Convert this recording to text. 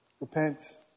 Repent